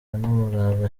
n’umurava